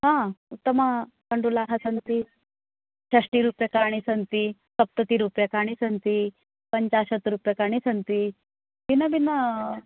आ उत्तमतण्डुलाः सन्ति षष्टिरूप्यकाणि सन्तिलसप्ततिरूप्यकाणि सन्ति पञ्चाशत् रूप्यकाणि सन्ति भिन्न भिन्न